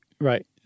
right